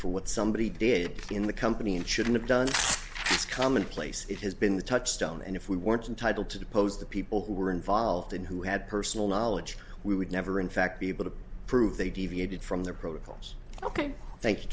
for what somebody did in the company and shouldn't have done it's commonplace it has been the touchstone and if we weren't entitle to depose the people who were involved and who had personal knowledge we would never in fact be able to prove they deviated from their protocols ok thank